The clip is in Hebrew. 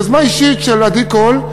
יוזמה אישית של עדי קול,